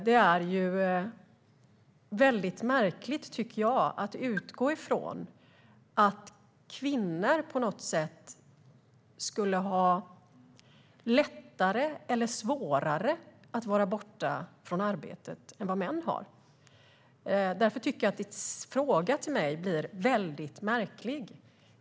Det är väldigt märkligt, tycker jag, att utgå från att kvinnor på något sätt skulle ha lättare eller svårare att vara borta från arbetet än vad män har. Därför tycker jag att din fråga till mig blir väldigt märklig.